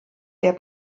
der